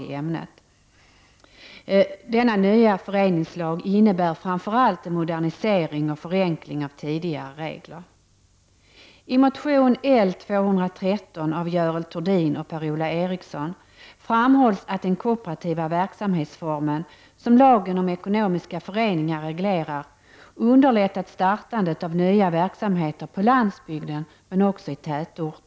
1987 års lag innebär framför allt en modernisering och förenkling av tidigare regler.